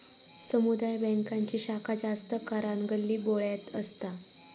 समुदाय बॅन्कांची शाखा जास्त करान गल्लीबोळ्यात असता